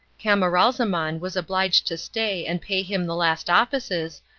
camaralzaman was obliged to stay and pay him the last offices,